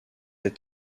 est